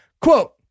Quote